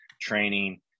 training